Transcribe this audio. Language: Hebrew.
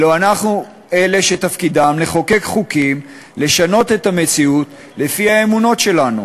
אלא אנחנו אלה שתפקידם לחוקק חוקים לשנות את המציאות לפי האמונות שלנו.